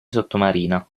sottomarina